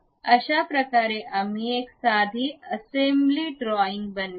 अशाप्रकारे आम्ही एक साधी असेंब्ली ड्रॉईंग बनवितो